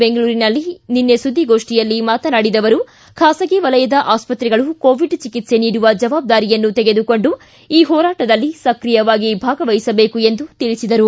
ಬೆಂಗಳೂರಿನ ವಿಧಾನಸೌಧದಲ್ಲಿ ನಿನ್ನೆ ಸುದ್ದಿಗೋಷ್ಠಿಯಲ್ಲಿ ಮಾತನಾಡಿದ ಅವರು ಖಾಸಗಿ ವಲಯದ ಆಸ್ಪತ್ರೆಗಳು ಕೋವಿಡ್ ಚಿಕಿತ್ಸೆ ನೀಡುವ ಜವಾಬ್ದಾರಿಯನ್ನು ತೆಗೆದುಕೊಂಡು ಈ ಹೋರಾಟದಲ್ಲಿ ಸಕ್ರಿಯವಾಗಿ ಭಾಗವಹಿಸಬೇಕು ಎಂದು ತಿಳಿಸಿದರು